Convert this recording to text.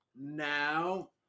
Now